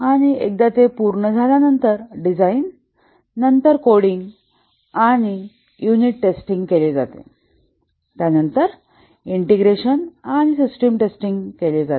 आणि एकदा ते पूर्ण झाल्यानंतरडिझाइन नंतर कोडिंग आणि युनिट टेस्टिंग केले जाते त्यानंतर ईंटेग्रेशन आणि सिस्टम टेस्टिंग केले जाते